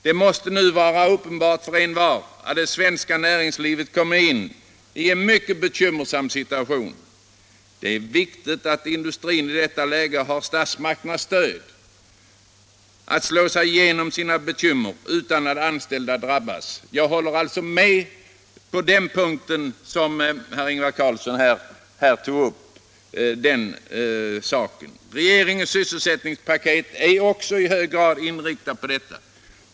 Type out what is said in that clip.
Det måste nu vara uppenbart för envar att det svenska näringslivet kommit in i en mycket bekymmersam situation. Det är viktigt att industrin i detta läge har statsmakternas stöd att slå sig igenom sina bekymmer, utan att de anställda drabbas. På den punkten håller jag alltså med Ingvar Carlsson. Regeringens sysselsättningspaket är också i hög grad inriktat på detta.